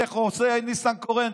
איך עושה ניסנקורן?